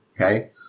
okay